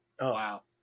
Wow